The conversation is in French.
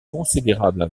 considérables